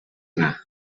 anar